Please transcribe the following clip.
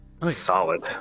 Solid